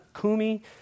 Kumi